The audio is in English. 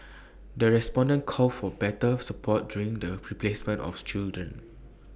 the respondents called for better support during the play placement children